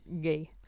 Gay